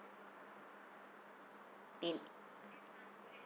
in